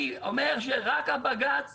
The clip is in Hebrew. אני אומר שרק הבג"ץ